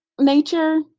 nature